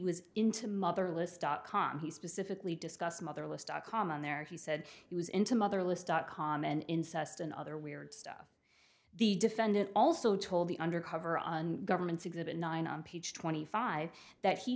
was into motherless dot com he specifically discussed motherless dot com and there he said he was into motherless dot com and incest and other weird stuff the defendant also told the undercover on government's exhibit nine on page twenty five that he